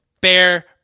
bear